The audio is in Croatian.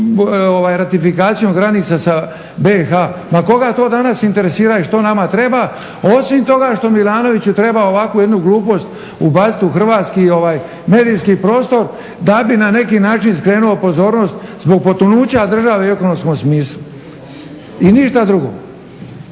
ratifikacijom granica za BiH. pa koga to danas interesira što nama treba osim toga što Milanoviću treba ovakvu jednu glupost ubaciti u hrvatski medijski prostor da bi na neki način skrenuo pozornost zbog potonuća države u ekonomskom smislu i ništa drugo.